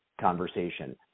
conversation